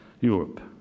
Europe